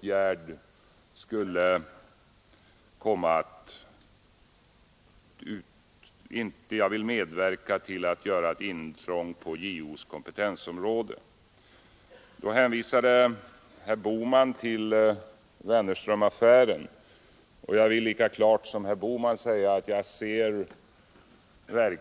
Jag vill därför inte medverka till att göra något intrång på JO:s kompetensom råde. Herr Bohman hänvisade till Wennerströmaffären. Jag vill lika klart som herr Bohman säga att jag när